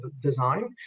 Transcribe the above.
design